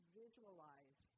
visualize